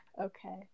Okay